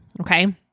Okay